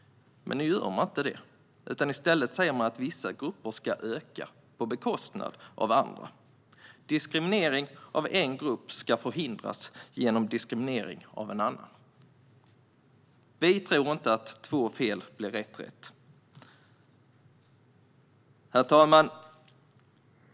Men nu gör man inte det, utan i stället säger man att vissa grupper ska öka på bekostnad av andra. Diskriminering av en grupp ska förhindras genom diskriminering av en annan. Vi tror inte att två fel blir ett rätt. Herr talman!